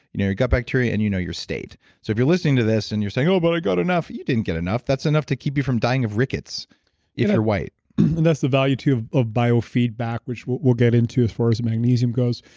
your gut bacteria and you know your state so if you're listening to this and you're saying, oh but i've got enough. you didn't get enough that's enough to keep you from dying of rickets if you're white and that's the value too of biofeedback, which we'll we'll get into as far as and magnesium goes,